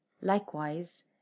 Likewise